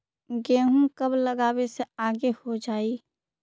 गेहूं कब लगावे से आगे हो जाई?